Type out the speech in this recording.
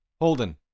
Holden